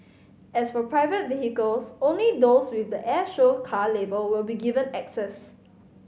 as for private vehicles only those with the air show car label will be given access